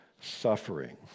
suffering